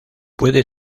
puede